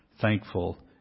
thankful